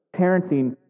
parenting